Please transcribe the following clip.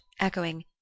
echoing